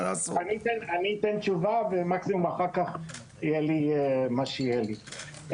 אני אתן תשובה ומקסימום אחר כך יהיה לי מה שיהיה לי.